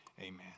Amen